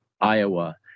Iowa